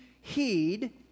heed